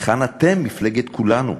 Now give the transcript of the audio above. היכן את, מפלגת כולנו?